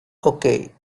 okay